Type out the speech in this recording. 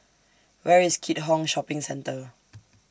Where IS Keat Hong Shopping Centre